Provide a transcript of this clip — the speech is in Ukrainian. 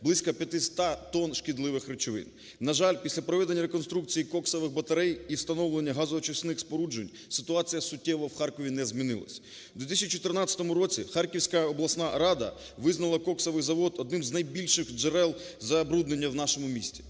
близько 500 тонн шкідливих речовин. На жаль, після проведення реконструкції коксових батарей і встановлення газоочисних споруджень ситуація суттєво в Харкові не змінилася. В 2014 році Харківська обласна рада визнала коксовий завод одним з найбільших джерел забруднення в нашому місці.